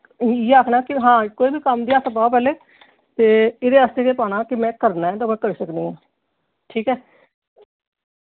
इ'यै आखना कि हां कोई बी कम्म गी हत्थ पाओ पैह्लें ते इ'दे आस्तै गै पाना कि में करना ते में करी सकनी आं ठीक ऐ